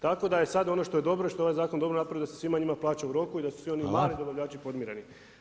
Tako da je sada ono što je dobro i što je ovaj zakon dobro napravio da se svima njima plaća u roku i da su svi oni mali dobavljači podmireni.